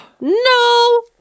No